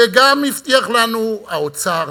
וגם הבטיח לנו האוצר,